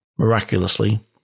Miraculously